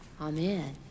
Amen